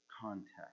context